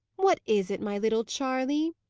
what is it, my little charley?